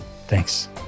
Thanks